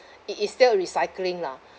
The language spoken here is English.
it is still uh recycling lah